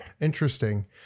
Interesting